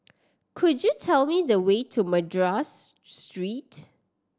could you tell me the way to Madras Street